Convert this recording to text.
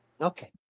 okay